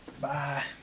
bye